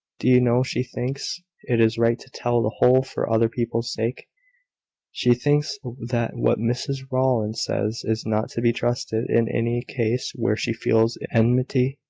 do you know she thinks it is right to tell the whole for other people's sake she thinks that what mrs rowland says is not to be trusted, in any case where she feels enmity.